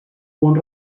punt